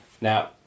Now